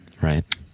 right